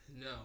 No